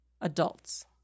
adults